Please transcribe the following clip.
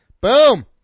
Boom